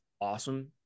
awesome